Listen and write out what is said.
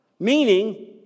Meaning